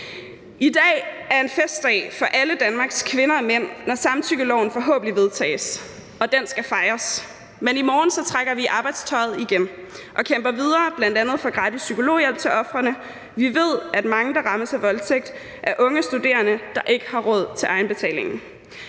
I dag er en festdag for alle Danmarks kvinder og mænd, når samtykkeloven forhåbentlig vedtages. Og den skal fejres. Men i morgen trækker vi i arbejdstøjet igen og kæmper videre for bl.a. gratis psykologhjælp til ofrene. Vi ved, at mange, der rammes af voldtægt, er unge studerende, der ikke har råd til egenbetalingen.